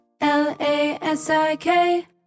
L-A-S-I-K